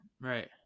right